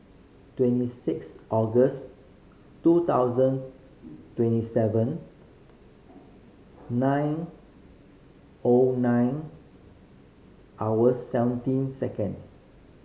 twenty six August two thousand twenty seven nine O nine hours seventeen seconds